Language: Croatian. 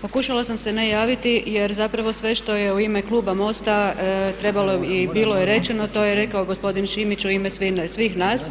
Pokušala sam se ne javiti jer zapravo sve što je u ime Kluba MOST-a trebalo i bilo rečeno to je rekao gospodin Šimić u ime svih nas